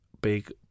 big